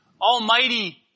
almighty